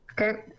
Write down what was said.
Okay